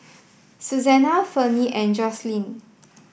Susanna Ferne and Jocelyne